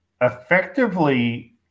effectively